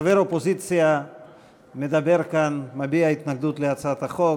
חבר אופוזיציה מדבר כאן ומביע התנגדות להצעת החוק.